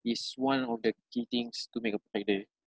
is one of the key things to make a perfect day